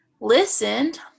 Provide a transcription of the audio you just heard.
listened